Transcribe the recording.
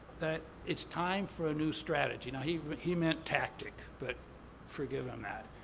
that it's time for a new strategy. now, he he meant tactic, but forgive him that.